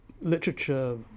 literature